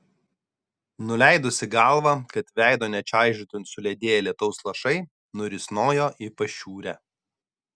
nuleidusi galvą kad veido nečaižytų suledėję lietaus lašai nurisnojo į pašiūrę